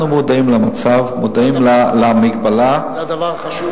אנחנו מודעים למצב, מודעים למגבלה, זה הדבר החשוב.